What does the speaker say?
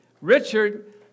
Richard